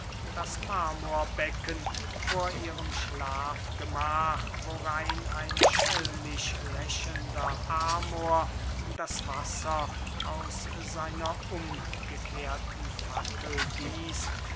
das marmorbecken vor ihrem schlafgemach worein ein schelmisch lächelnder amor das wasser aus seiner umgekehrten fackel gießt